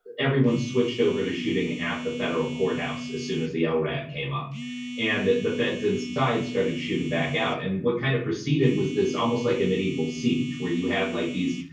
everyone switched over to shooting at the federal courthouse as soon as the ah lrad came up and the feds inside started shooting back out and what kind of proceeded was this almost like a medieval siege where you had like these?